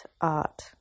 Art